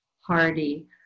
hardy